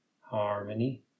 harmony